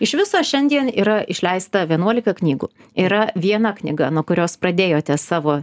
iš viso šiandien yra išleista vienuolika knygų yra viena knyga nuo kurios pradėjote savo